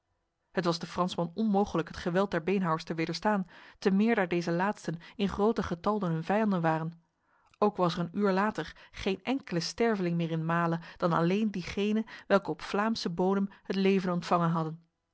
het was de fransman onmogelijk het geweld der beenhouwers te wederstaan te meer daar deze laatsten in groter getal dan hun vijanden waren ook was er een uur later geen enkele sterveling meer in male dan alleen diegene welke op vlaamse bodem het leven ontvangen hadden